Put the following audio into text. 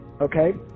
okay